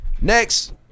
Next